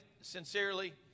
sincerely